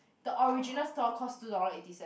the original store cost two dollar eighty cents